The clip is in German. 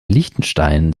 liechtenstein